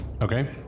Okay